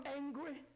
angry